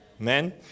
Amen